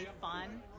fun